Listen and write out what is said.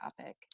topic